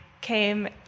came